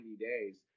days